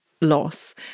loss